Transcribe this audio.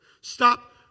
stop